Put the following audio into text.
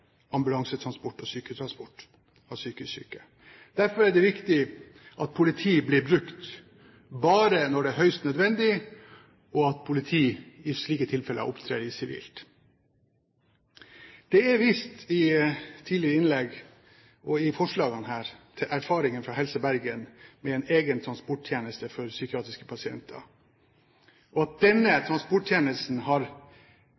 ambulansetransport og syketransport av psykisk syke. Derfor er det viktig at politiet blir brukt bare når det er høyst nødvendig, og at politiet i slike tilfeller opptrer i sivilt. I tidligere innlegg og i forslagene her er det vist til erfaringene fra Helse Bergen med en egen transporttjeneste for psykiatriske pasienter og at denne transporttjenesten har